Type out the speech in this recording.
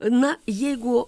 na jeigu